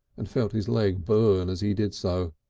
and felt his leg burn as he did so.